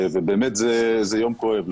באמת זה יום כואב,